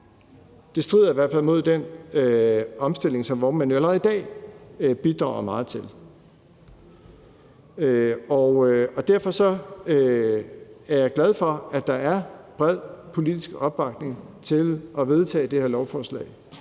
Det strider i hvert fald mod den omstilling, som vognmændene allerede i dag bidrager meget til. Derfor er jeg glad for, at der er bred politisk opbakning til at vedtage det her lovforslag.